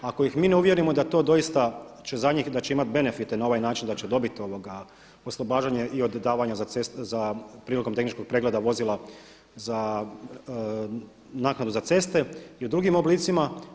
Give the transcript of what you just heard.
Ako ih mi ne uvjerimo da to doista će za njih, da će imati benefite, na ovaj način da će dobiti oslobađanje i od davanja za ceste, prilikom tehničkog pregleda vozila za naknadu za ceste i u drugim oblicima.